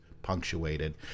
punctuated